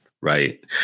Right